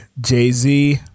Jay-Z